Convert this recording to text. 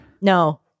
No